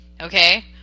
okay